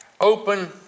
open